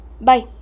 Bye